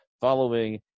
following